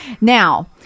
now